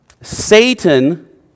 Satan